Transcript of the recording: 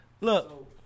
Look